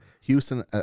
houston